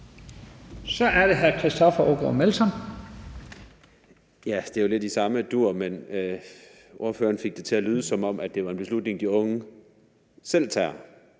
11:46 Christoffer Aagaard Melson (V): Det er lidt i samme dur. Ordføreren fik det til at lyde, som om det var en beslutning, de unge selv tager,